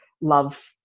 love